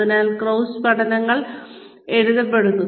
അതിനാൽ കേസ് പഠനങ്ങൾ എഴുതപ്പെടുന്നു